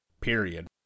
Period